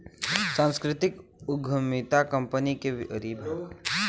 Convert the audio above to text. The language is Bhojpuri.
सांस्कृतिक उद्यमिता कंपनी के विश्लेषण आउर नया बाजार में जाये क तरीके पर निर्णय करला